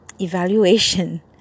evaluation